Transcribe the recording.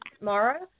Mara